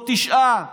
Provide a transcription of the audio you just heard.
או תשעה מיליון,